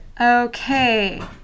Okay